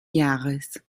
jahres